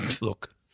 Look